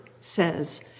says